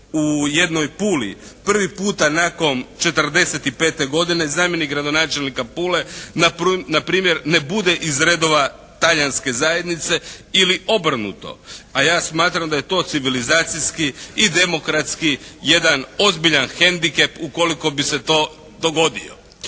u jednoj Puli prvi puta nakon '45. godine zamjenik gradonačelnika Pule npr. ne bude iz redova talijanske zajednice ili obrnuto, a ja smatram da je to civilizacijski i demokratski jedan ozbiljan hendikep ukoliko bi se to dogodio.